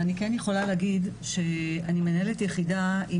אני כן יכולה להגיד שאני מנהלת יחידה עם